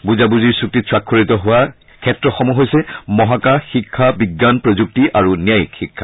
বুজাবুজিৰ চুক্তিত স্বাক্ষৰিত হোৱা ক্ষেত্ৰসমূহ হৈছে মহাকাশ শিক্ষা বিজ্ঞান প্ৰযুক্তি আৰু ন্যায়িক শিক্ষা